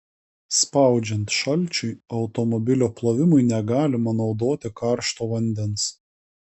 spaudžiant šalčiui automobilio plovimui negalima naudoti karšto vandens